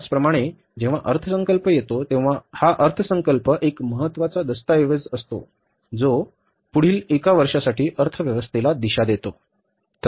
त्याचप्रमाणे जेव्हा अर्थसंकल्प येतो तेव्हा अर्थसंकल्प हा एक महत्वाचा दस्तऐवज असतो जो पुढील एका वर्षासाठी अर्थव्यवस्थेला दिशा देतो बरोबर